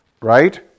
Right